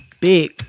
big